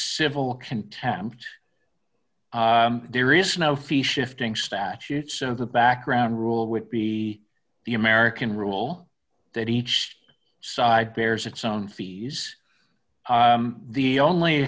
civil contempt there is no fee shifting statute so the back ground rule would be the american rule that each side bears its own fees the only